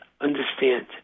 understand